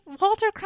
Walter